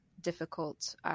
difficult